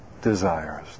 desires